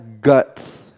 guts